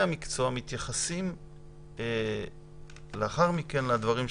המקצוע מתייחסים לאחר מכן לדברים שלהם.